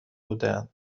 بودند